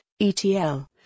ETL